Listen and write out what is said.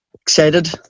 excited